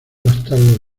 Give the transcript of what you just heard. bastardo